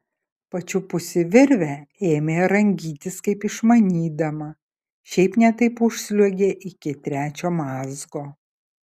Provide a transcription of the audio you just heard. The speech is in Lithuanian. pačiupusi virvę ėmė rangytis kaip išmanydama šiaip ne taip užsliuogė iki trečio mazgo